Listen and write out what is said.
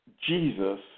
Jesus